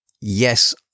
yes